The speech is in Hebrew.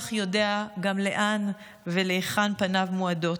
וכך יודע גם לאן ולהיכן פניו מועדות.